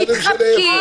צוחקים, מתחבקים,